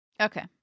Okay